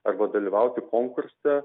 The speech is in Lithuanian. arba dalyvauti konkurse